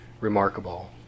remarkable